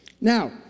Now